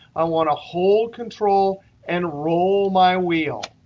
i want to hold control and roll my wheel.